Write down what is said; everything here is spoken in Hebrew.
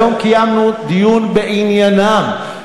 היום קיימנו דיון בעניינם.